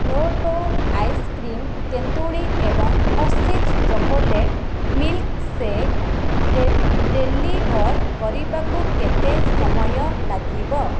Noto ice cream ତେନ୍ତୁଳି ଏବଂ Hershey's chocolate milkshake deliver କରିବାକୁ କେତେ ସମୟ ଲାଗିବ